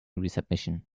resubmission